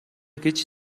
гэж